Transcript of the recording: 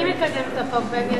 אני מקדמת את החוק,